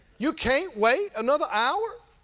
you can't wait another hour